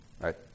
Right